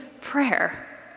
prayer